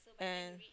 and